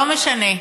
לא משנה.